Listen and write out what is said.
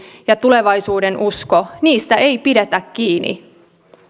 ja tulevaisuudenuskosta ei pidetä kiinni